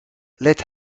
let